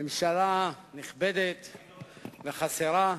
ממשלה נכבדת וחסרה,